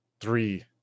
three